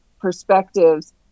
perspectives